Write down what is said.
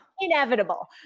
inevitable